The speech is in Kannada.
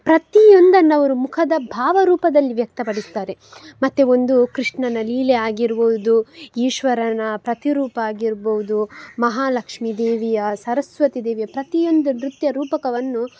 ಪ್ರತೀಯೊಂದನ್ನು ಅವರು ಮುಖದ ಭಾವರೂಪದಲ್ಲಿ ವ್ಯಕ್ತಪಡಿಸ್ತಾರೆ ಮತ್ತು ಒಂದು ಕೃಷ್ಣನ ಲೀಲೆ ಆಗಿರ್ಬೋದು ಈಶ್ವರನ ಪ್ರತಿರೂಪ ಆಗಿರ್ಬೋದು ಮಹಾಲಕ್ಷ್ಮಿ ದೇವಿಯ ಸರಸ್ವತಿ ದೇವಿಯ ಪ್ರತಿಯೊಂದು ನೃತ್ಯ ರೂಪಕವನ್ನು